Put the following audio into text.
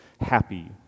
happy